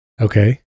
Okay